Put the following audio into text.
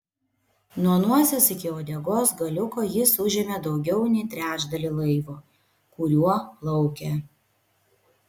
nuo nosies iki uodegos galiuko jis užėmė daugiau nei trečdalį laivo kuriuo plaukė